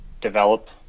develop